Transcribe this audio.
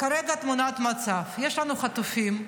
כרגע תמונת המצב: יש לנו חטופים,